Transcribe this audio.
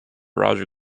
roger